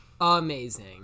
amazing